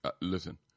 listen